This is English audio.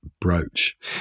brooch